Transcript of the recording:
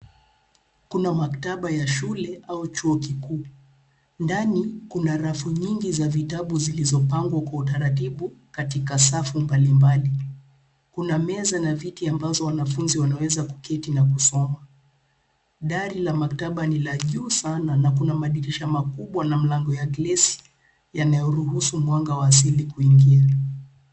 Kuna maktaba ya shule au chuo kikuu. Ndani kuna rafu nyingi za vitabu zilizopangwa kwa utaratibu katika safu mbalimbali. Kuna meza na viti ambazo wanafunzi wanaweza kuketi na kusoma. Dari la maktaba ni la juu sana na kuna madirisha makubwa na mlango wa glesi, unaoruhusu mwanga wa asili kuingia.